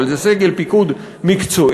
אבל זה סגל פיקוד מקצועי.